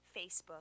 Facebook